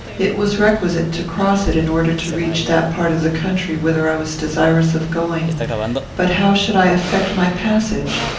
it was requisite to cross it in order to reach that part of the country whither i was desirous of going but how should i effect my passage?